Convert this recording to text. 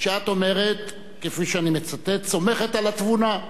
כשאת אומרת, כפי שאני מצטט: סומכת על התבונה.